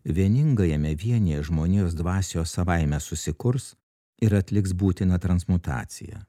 vieningajame vienyje žmonijos dvasios savaime susikurs ir atliks būtiną transmutaciją